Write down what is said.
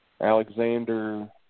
Alexander